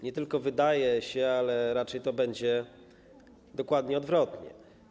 Nie tylko wydaje się, ale raczej będzie dokładnie odwrotnie.